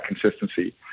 consistency